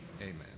Amen